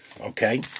Okay